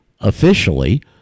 officially